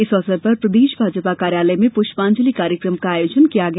इस अवसर पर प्रदेश भाजपा कार्यालय में पुष्पांजलि कार्यक्रम का आयोजन किया गया